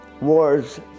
Wars